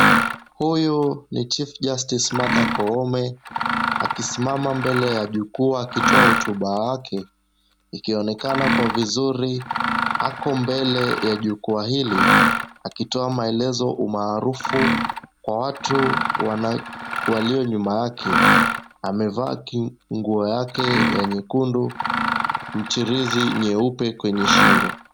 Huyu ni chief justice Martha Koome, akisimama mbele ya jukwaa akitoa hotuba wake. Ikionekana kwa vizuri ako mbele ya jukwaa hili akitoa maelezo umaarufu kwa watu walionyuma yake. Amevaa nguo yake ya nyekundu, mchirizi nyeupe kwenye shingo.